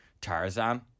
Tarzan